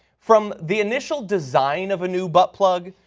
from the initial design of a new butt plug,